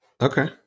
Okay